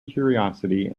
curiosity